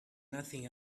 nothing